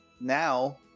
Now